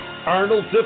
Arnold